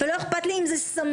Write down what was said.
ולא אכפת לי אם זה סמוי,